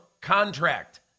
contract